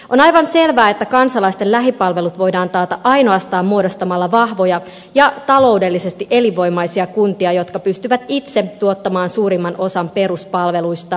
on aivan selvää että kansalaisten lähipalvelut voidaan taata ainoastaan muodostamalla vahvoja ja taloudellisesti elinvoimaisia kuntia jotka pystyvät itse tuottamaan suurimman osan peruspalveluistaan